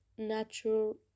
natural